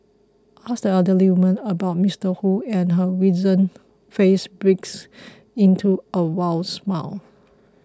ask the elderly woman about Ms Wu and her wizened face breaks into a smile